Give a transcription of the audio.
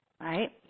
Right